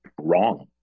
wrong